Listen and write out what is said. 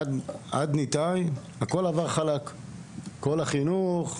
עד ניתאי הכל עבר חלק בקטע של החינוך,